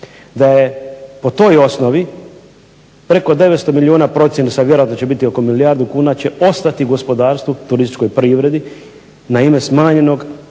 da je po toj osnovi preko 900 milijuna procjene su, a vjerojatno će biti oko milijardu kuna će ostati gospodarstvu, turističkoj privredi na ime smanjenog